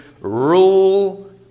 rule